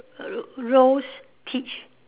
a ro~ rose peach